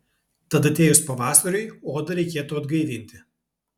tad atėjus pavasariui odą reikėtų atgaivinti